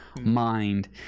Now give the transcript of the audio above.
mind